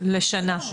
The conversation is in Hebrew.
אני כן